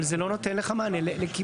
אבל זה לא נותן לך מענה לקיבוצים,